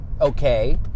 okay